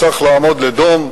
צריך לעבור לדום,